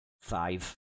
Five